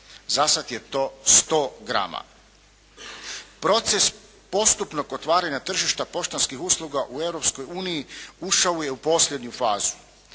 Za sad je to 100 grama. Proces postupnog otvaranja tržišta poštanskih usluga u Europskoj uniji ušao je u posljednju fazu.